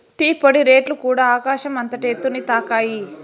tea పొడి రేట్లుకూడ ఆకాశం అంతటి ఎత్తుని తాకాయి